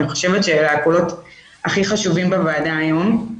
אני חושבת שהם הקולות הכי חשובים בוועדה היום.